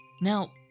Now